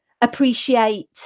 appreciate